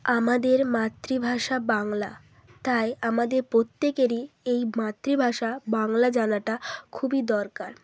আমাদের মাতৃভাষা বাংলা তাই আমাদের প্রত্যেকেরই এই মাতৃভাষা বাংলা জানাটা খুবই দরকার